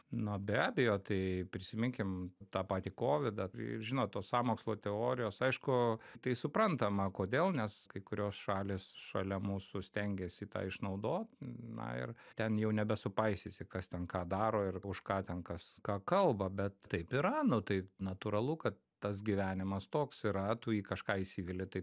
na be abejo tai prisiminkim tą patį kovidą tai žinot tos sąmokslo teorijos aišku tai suprantama kodėl nes kai kurios šalys šalia mūsų stengiasi tą išnaudot na ir ten jau nebesupaisysi kas ten ką daro ir už ką ten kas ką kalba bet taip yra nu taip natūralu kad tas gyvenimas toks yra tu į kažką įsiveli tai